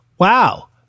Wow